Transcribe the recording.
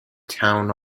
town